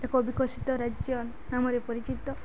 ଏକ ବିକଶିତ ରାଜ୍ୟ ନାମରେ ପରିଚିତ